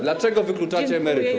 Dlaczego wykluczacie emerytów?